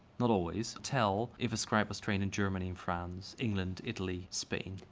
not always, tell if a scribe was trained in germany, france, england, italy, spain.